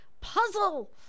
Puzzle